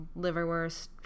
liverwurst